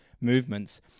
movements